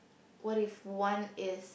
what if one is